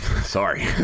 sorry